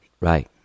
right